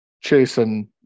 chasing